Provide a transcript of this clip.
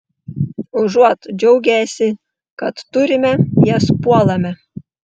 užuot džiaugęsi kad turime jas puolame